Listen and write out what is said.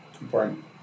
important